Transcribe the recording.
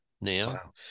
now